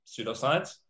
pseudoscience